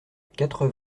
quatre